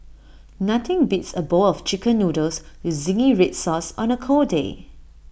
nothing beats A bowl of Chicken Noodles with Zingy Red Sauce on A cold day